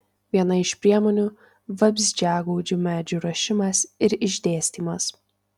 viena iš priemonių vabzdžiagaudžių medžių ruošimas ir išdėstymas